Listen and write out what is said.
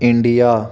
India